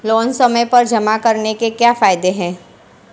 Loan समय पर जमा कराने के क्या फायदे हैं?